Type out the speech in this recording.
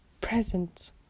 present